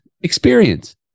experience